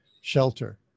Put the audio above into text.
shelter